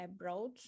abroad